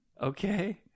Okay